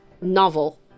novel